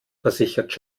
versichert